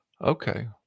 okay